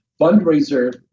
fundraiser